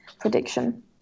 prediction